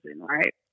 right